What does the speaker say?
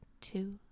two